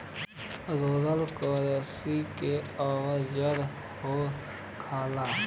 roller किरसी के औजार होखेला